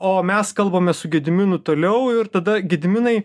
o mes kalbamės su gediminu toliau ir tada gediminai